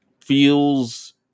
feels